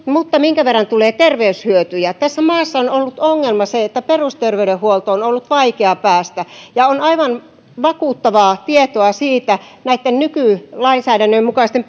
kasvavat ja minkä verran tulee terveyshyötyjä tässä maassa on on ollut ongelma se että perusterveydenhuoltoon on ollut vaikea päästä ja on aivan vakuuttavaa tietoa siitä näitten nykylainsäädännön mukaisten